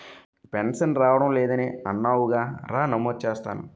pension రావడం లేదని అన్నావుగా రా నమోదు చేస్తాను